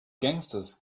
gangsters